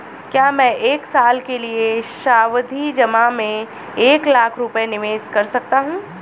क्या मैं एक साल के लिए सावधि जमा में एक लाख रुपये निवेश कर सकता हूँ?